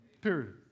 Period